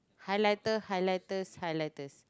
highlighter highlighters highlighters